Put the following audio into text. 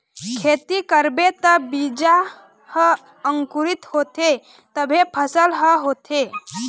खेती करबे त बीजा ह अंकुरित होथे तभे फसल ह होथे